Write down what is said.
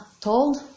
Told